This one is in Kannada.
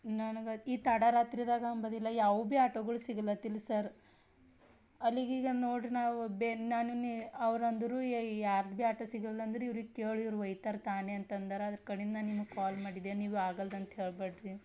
ನನಗೆ ಈ ತಡ ರಾತ್ರಿದಾಗ ಅಂಬೋದಿಲ್ಲ ಯಾವು ಭೀ ಆಟೋಗಳು ಸಿಗಲತ್ತಿಲ್ಲ ಸರ್ ಅಲ್ಲಿಗೀಗ ನೋಡಿರಿ ನಾವು ಬೇ ನಾನು ನೀವು ಅವರಂದ್ರು ಯಾರ್ದು ಭೀ ಆಟೋ ಸಿಗಲ್ಲಂದರೆ ಇವ್ರಿಗೆ ಕೇಳು ಇವ್ರು ಒಯ್ತಾರ ತಾಣಿ ಅಂತಂದಾರ ಅದರ ಕಡಿಂದ ನಿಮಗೆ ಕಾಲ್ ಮಾಡಿದೆ ನೀವು ಆಗಲ್ದಂತ ಹೇಳಬೇಡ್ರಿ